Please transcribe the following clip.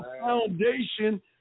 foundation